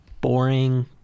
Boring